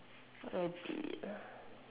uh